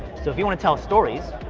so if you wanna tell stories,